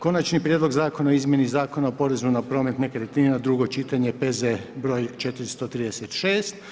Konačni prijedlog Zakona o izmjeni Zakona o porezu na promet nekretninama, drugo čitanje, P.Z.E. br. 436.